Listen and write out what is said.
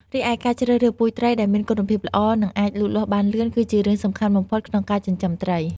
រីឯការជ្រើសរើស ពូជត្រី ដែលមានគុណភាពល្អ និងអាចលូតលាស់បានលឿន គឺជារឿងសំខាន់បំផុតក្នុងការចិញ្ចឹមត្រី។